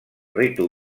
ritu